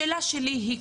השאלה שלי: